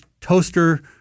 toaster